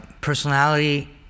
personality